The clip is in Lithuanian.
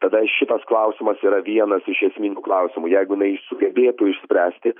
tada šitas klausimas yra vienas iš esminių klausimų jeigu jinai sugebėtų išspręsti